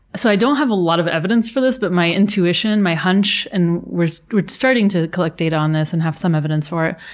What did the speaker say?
so, i don't have a lot of evidence for this, but my intuition, my hunch, and we're starting to collect data on this and have some evidence for,